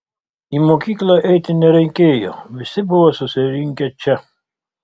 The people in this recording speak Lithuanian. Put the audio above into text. į mokyklą eiti nereikėjo visi buvo susirinkę čia